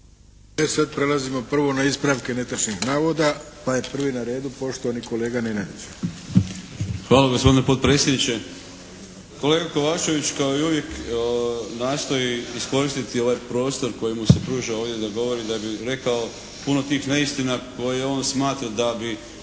sad prelazimo prvo na ispravke netočnog navoda pa je prvi na redu poštovani kolega Nenadić. **Nenadić, Željko (HDZ)** Hvala gospodine potpredsjedniče. Kolega Kovačević kao i uvijek nastoji iskoristiti ovaj prostor kojemu se pruža ovdje da govori da bi rekao puno tih neistina koje on smatra da bi